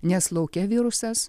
nes lauke virusas